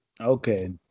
Okay